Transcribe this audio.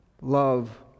Love